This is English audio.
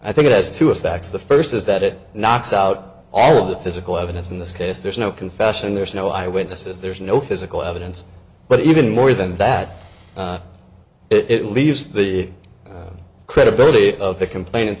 i think it has two effects the first is that it knocks out all of the physical evidence in this case there's no confession there's no eyewitnesses there's no physical evidence but even more than that it leaves the credibility of the complain